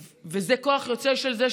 כוח יוצא של זה,